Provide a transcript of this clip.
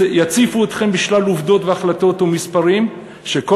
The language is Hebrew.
יציפו אתכם בשלל עובדות והחלטות ומספרים שכל